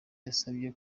yasabye